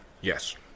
Yes